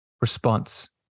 response